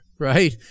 right